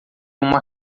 uma